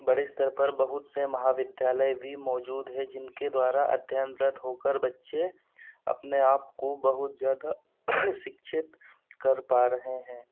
बड़े स्तर पर बहुत से महाविद्यालय भी मौजूद है जिनके द्वारा अध्ययनरत होकर बच्चे अपने आपको बहुत ज़्यादा शिक्षित कर पा रहे हैं